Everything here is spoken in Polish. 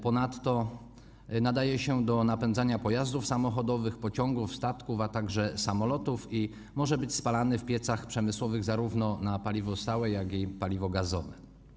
Ponadto nadaje się do napędzania pojazdów samochodowych, pociągów, statków, a także samolotów i może być spalany w piecach przemysłowych zarówno na paliwo stałe, jak i paliwo gazowe.